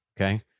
okay